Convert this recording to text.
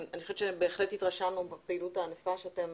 אני חושבת שבהחלט התרשמנו מהפעילות הענפה שאתם